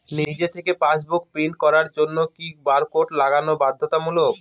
নিজে থেকে passbook print করার জন্য কি বারকোড লাগানো বাধ্যতামূলক?